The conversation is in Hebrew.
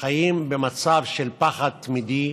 חיים במצב של פחד תמידי